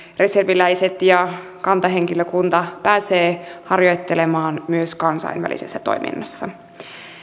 reserviläiset ja kantahenkilökunta pääsevät harjoittelemaan myös kansainvälisessä toiminnassa